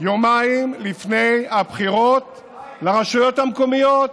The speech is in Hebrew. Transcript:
יומיים לפני הבחירות לרשויות המקומיות,